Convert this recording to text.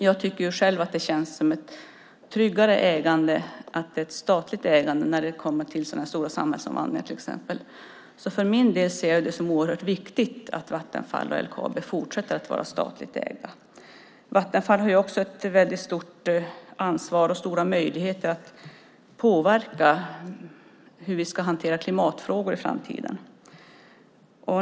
Jag tycker själv att det känns tryggare att det är ett statligt ägande när det kommer till sådana här stora samhällsomvandlingar till exempel. För min del ser jag det som oerhört viktigt att Vattenfall och LKAB fortsätter att vara statligt ägda. Vattenfall har också ett väldigt stort ansvar och stora möjligheter att påverka hur vi ska hantera klimatfrågor i framtiden.